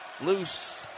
Loose